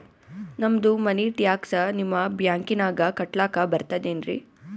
ನಮ್ದು ಮನಿ ಟ್ಯಾಕ್ಸ ನಿಮ್ಮ ಬ್ಯಾಂಕಿನಾಗ ಕಟ್ಲಾಕ ಬರ್ತದೇನ್ರಿ?